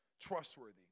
trustworthy